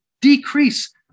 decrease